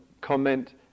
comment